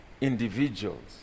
individuals